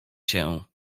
cię